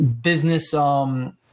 business